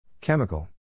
Chemical